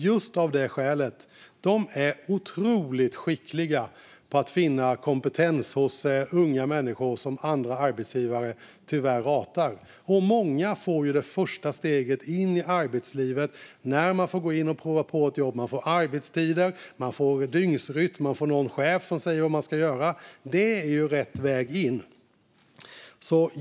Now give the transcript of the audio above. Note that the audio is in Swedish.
Det var av just det skälet att de är otroligt skickliga på att finna kompetens hos unga människor som andra arbetsgivare tyvärr ratar. Många får ta sitt första steg in i arbetslivet när de får gå in och prova på ett jobb. De får arbetstider, en dygnsrytm och en chef som säger åt dem vad de ska göra. Det är ju rätt väg in.